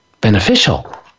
beneficial